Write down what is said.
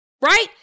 right